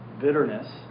bitterness